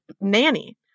nanny